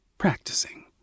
practicing